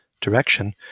direction